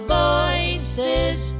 voices